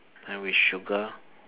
and with sugar